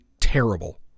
terrible